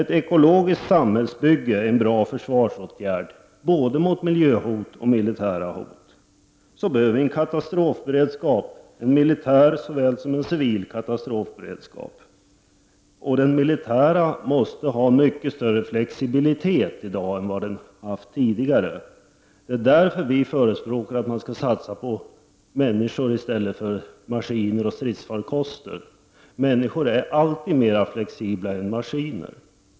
Ett ekologiskt samhällsbygge är en bra försvarsåtgärd, både mot miljöhot och mot militära hot. Vi behöver också en katastrofberedskap, en militär såväl som en civil. Den militära måste i dag ha mycket större flexibilitet än vad den har haft tidigare. Av den anledningen förespråkar vi att man satsar på människor i stället för på maskiner och stridsfarkoster. Människor är alltid mer flexibla än maskiner.